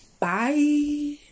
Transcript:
Bye